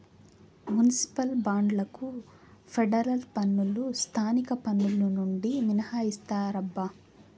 municipal బాండ్లకు federal పన్నులు స్థానిక పన్నులు నుండి మినహాయిస్తారప్పా